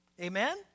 Amen